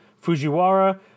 Fujiwara